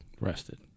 Rested